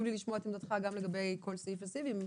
לי לשמוע את עמדתך לגבי כל סעיף וסעיף.